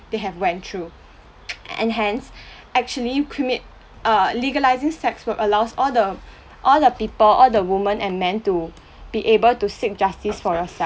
they have went through and hence actually commit uh legalising sex will allows all the all the people all the women and men to be able to seek justice for yourself